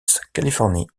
californie